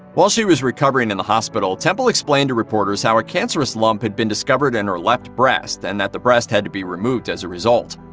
while she was recovering in the hospital, temple explained to reporters how a cancerous lump had been discovered in her left breast and that the breast had to be removed as a result.